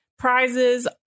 Prizes